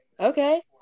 Okay